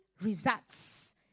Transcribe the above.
results